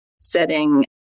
setting